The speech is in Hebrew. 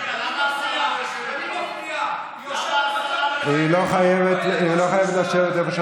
רגע, למה השרה לא יושבת פה?